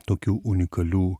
tokių unikalių